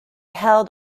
held